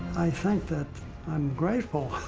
i think that i'm grateful